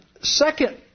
second